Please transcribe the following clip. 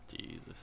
Jesus